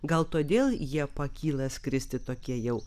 gal todėl jie pakyla skristi tokie jau